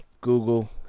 Google